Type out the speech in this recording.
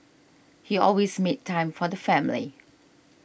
he always made time for the family